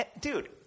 Dude